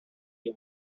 you